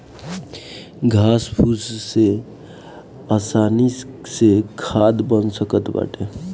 घास फूस से आसानी से खाद बन सकत बाटे